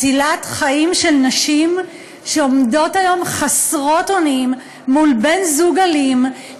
מצילת חיים של נשים שעומדות היום חסרות אונים מול בן-זוג אלים,